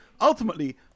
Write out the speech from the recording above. Ultimately